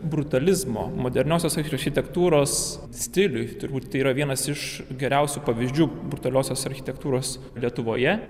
brutalizmo moderniosios architektūros stiliui turbūt tai yra vienas iš geriausių pavyzdžių brutaliosios architektūros lietuvoje